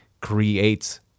creates